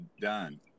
done